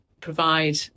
provide